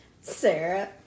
Sarah